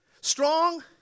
Strong